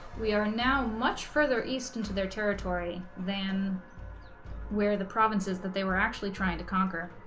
we are now much further east into their territory than where the provinces that they were actually trying to conquer